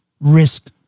risk